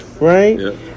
right